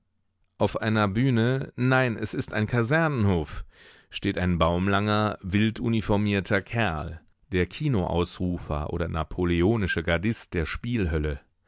auf einer bühne nein es ist ein kasernenhof steht ein baumlanger wilduniformierter kerl der kinoausrufer oder napoleonische gardist der